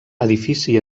edifici